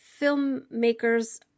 filmmakers